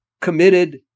committed